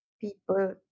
people